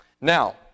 Now